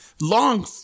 Long